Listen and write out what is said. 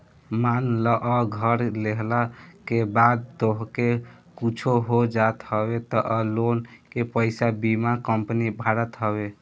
मान लअ घर लेहला के बाद तोहके कुछु हो जात हवे तअ लोन के पईसा बीमा कंपनी भरत हवे